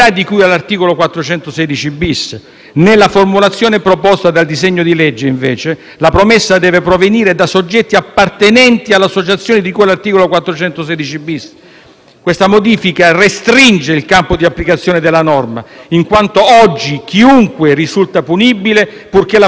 Nella formulazione proposta dal disegno di legge, invece, la promessa deve provenire da «soggetti appartenenti all'associazione di cui all'articolo 416-*bis*». Questa modifica restringe il campo di applicazione della norma, in quanto oggi chiunque risulta punibile purché la promessa sia formulata con le modalità